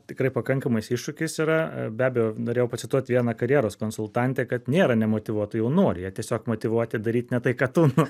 tikrai pakankamas iššūkis yra be abejo norėjau pacituoti vieną karjeros konsultantę kad nėra nemotyvuotai jau nori jie tiesiog motyvuoti daryt ne tai ką tu